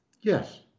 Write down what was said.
Yes